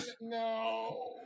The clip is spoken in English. no